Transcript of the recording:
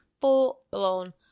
full-blown